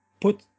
put